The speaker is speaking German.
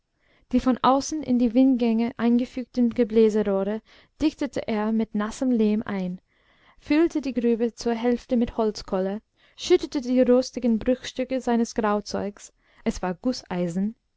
die von außen in die windgänge eingefügten gebläserohre dichtete er mit nassem lehm ein füllte die grube zur hälfte mit holzkohle schüttete die rostigen bruchstücke seines grauzeugs es war